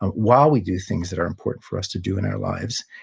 ah while we do things that are important for us to do in our lives.